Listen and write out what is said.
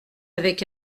avec